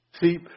See